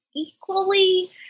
equally